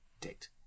date